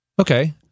Okay